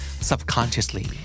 subconsciously